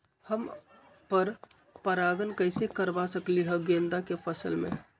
हम पर पारगन कैसे करवा सकली ह गेंदा के फसल में?